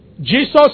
Jesus